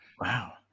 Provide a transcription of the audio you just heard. wow